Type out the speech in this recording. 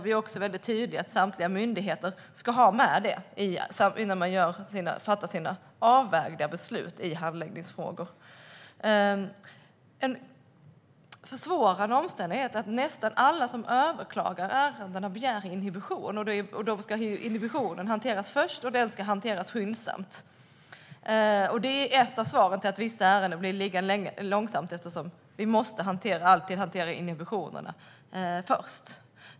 Vi är också väldigt tydliga med att samtliga myndigheter ska ha med det när man gör sina avvägningar och fattar beslut i handläggningsfrågor. En försvårande omständighet är att nästan alla som överklagar begär inhibition, och då ska den hanteras först och skyndsamt. Det är ett av skälet till att vissa ärenden blir liggande länge eftersom vi alltid måste hantera inhibitionerna först.